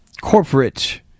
corporate